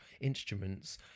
instruments